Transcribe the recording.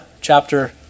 chapter